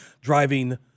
driving